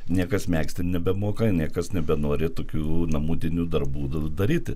niekas megzti nebemoka niekas nebenori tokių namudinių darbų daryti